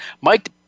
Mike